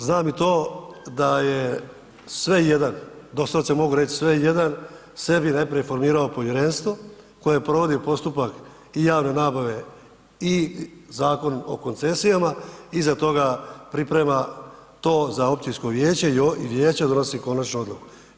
Znam i to da je sve i jedan, doslovce mogu reći sve i jedan sebi najprije formirao povjerenstvo koje provodi postupak i javne nabave i Zakon o koncesijama, iza toga priprema to za općinsko vijeće i vijeće donosi konačnu odluku.